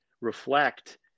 reflect